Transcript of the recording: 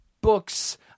books